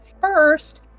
first